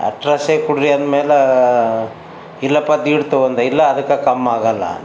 ಅಟ್ರಾಸೆ ಕೊಡ್ರಿ ಆದ್ಮೇಲೆ ಇಲ್ಲಪ್ಪ ದೇಡ್ ತಗೋ ಅಂದೆ ಇಲ್ಲ ಅದಕ್ಕೆ ಕಮ್ಮಿ ಆಗಲ್ಲ